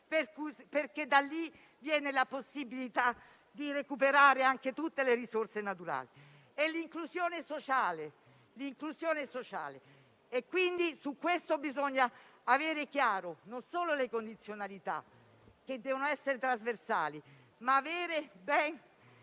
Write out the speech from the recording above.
perché da lì viene la possibilità di recuperare anche tutte le risorse naturali e l'inclusione sociale. Quindi su questo non solo bisogna avere chiare le condizionalità, che devono essere trasversali, ma dobbiamo